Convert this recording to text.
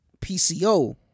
PCO